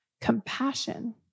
compassion